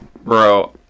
Bro